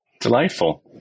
Delightful